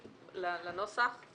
לנוסח,